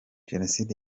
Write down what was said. jenoside